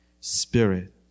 spirit